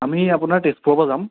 আমি আপোনাৰ তেজপুৰৰ পৰা যাম